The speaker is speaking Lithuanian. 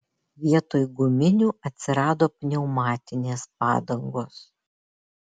vietoj guminių atsirado pneumatinės padangos